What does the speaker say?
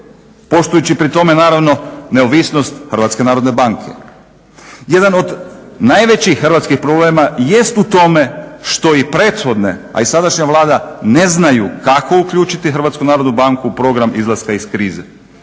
poštujući pri tome naravno neovisnost Hrvatske narodne banke. Jedan od najvećih hrvatskih problema jest u tome što i prethodne, a i sadašnja Vlada ne znaju kako uključiti Hrvatsku narodnu banku u program izlaska iz krize.